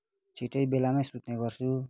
छिटै बेलामै सुत्ने गर्छु